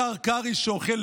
השר קרעי, שאוכל